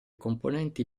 componenti